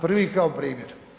Prvi kao primjer.